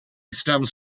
stems